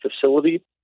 facility